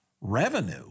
revenue